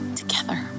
together